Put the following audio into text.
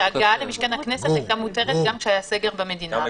שההגעה למשכן הכנסת הייתה מותרת גם כשהיה סגר במדינה.